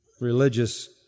religious